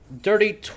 Dirty